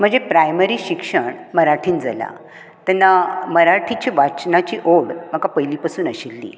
म्हजे प्रायमरी शिक्षण मराठींत जाला तेन्ना मराठीची वाचनाची ओड म्हाका पयली पसून आशिल्ली